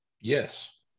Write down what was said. Yes